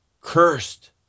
cursed